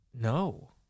No